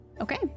Okay